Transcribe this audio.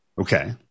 Okay